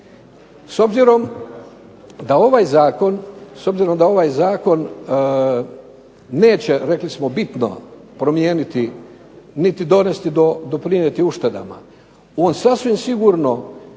S obzirom da ovaj zakon neće rekli smo bitno promijeniti niti doprinijeti uštedama, on sasvim sigurno